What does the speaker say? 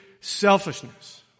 selfishness